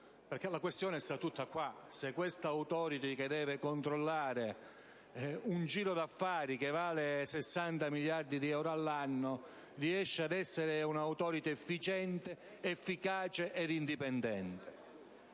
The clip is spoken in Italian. La questione sta tutta qua: se questa *Authority* che deve controllare un giro di affari che vale 60 miliardi di euro all'anno riesca ad essere efficiente, efficace e indipendente.